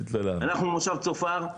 אנחנו במושב צופר,